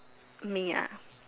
me ah